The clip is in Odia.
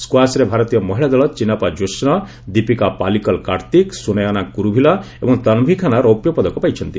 ସ୍କ୍ୱାସ୍ରେ ଭାରତୀୟ ମହିଳା ଦଳ ଚିନ୍ନାପା କୋସ୍ନା ଦୀପିକା ପାଲିକଲ କାର୍ଭିକ ସୁନୟନା କୁରୁଭିଲା ଏବଂ ତନଭି ଖାନ୍ନା ରୌପ୍ୟ ପଦକ ପାଇଛନ୍ତି